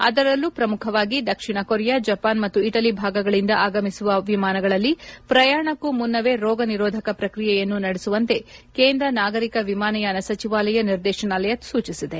ಅದರಲ್ಲೂ ಪ್ರಮುಖವಾಗಿ ದಕ್ಷಿಣ ಕೊರಿಯಾ ಜಪಾನ್ ಮತ್ತು ಇಟಲಿ ಭಾಗಗಳಿಂದ ಆಗಮಿಸುವ ವಿಮಾನಗಳಲ್ಲಿ ಪ್ರಯಾಣಕ್ಕೂ ಮುನ್ನವೇ ರೋಗ ನಿರೋಧಕ ಪ್ರಕ್ರಿಯೆಯನ್ನು ನಡೆಸುವಂತೆ ಕೇಂದ್ರ ನಾಗರಿಕ ವಿಮಾನಯಾನ ಸಚಿವಾಲಯದ ನಿರ್ದೇಶನಾಲಯ ಸೂಚಿಸಿದೆ